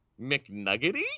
McNuggety